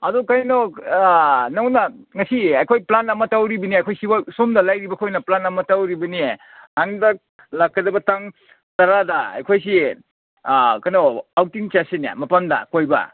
ꯑꯗꯣ ꯀꯩꯅꯣ ꯅꯪꯉꯣꯟꯗ ꯉꯁꯤ ꯑꯩꯈꯣꯏ ꯄ꯭ꯂꯥꯟ ꯑꯃ ꯇꯧꯔꯤꯕꯅꯦ ꯑꯩꯈꯣꯏ ꯁꯤꯐꯥꯎ ꯁꯣꯝꯗ ꯂꯩꯔꯤꯕ ꯑꯩꯈꯣꯏꯅ ꯄ꯭ꯂꯥꯟ ꯑꯃ ꯇꯧꯔꯤꯕꯅꯤ ꯍꯟꯗꯛ ꯂꯥꯛꯀꯗꯕ ꯇꯥꯡ ꯇꯔꯥꯗ ꯑꯩꯈꯣꯏꯁꯤ ꯀꯩꯅꯣ ꯑꯥꯎꯠꯇꯤꯡ ꯆꯠꯁꯤꯅꯦ ꯃꯄꯥꯟꯗ ꯀꯣꯏꯕ